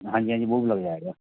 हाँ जी हाँ जी वह भी लग जाएगा